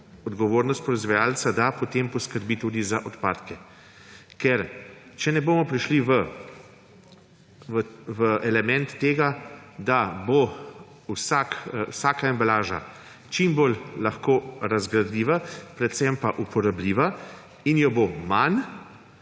odgovornost proizvajalca, da potem poskrbi tudi za odpadke. Ker če ne bomo prišli v element tega, da bo vsaka embalaža čim bolj lahko razgradljiva, predvsem pa uporabna in jo bo manj,